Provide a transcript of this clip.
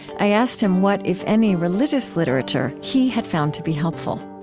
i asked him what, if any, religious literature he had found to be helpful